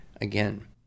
again